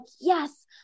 yes